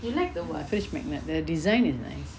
the fridge magnet the design is nice